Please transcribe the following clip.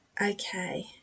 Okay